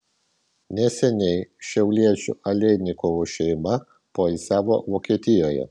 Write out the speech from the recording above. neseniai šiauliečių aleinikovų šeima poilsiavo vokietijoje